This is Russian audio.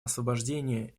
освобождения